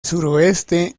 suroeste